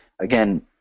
again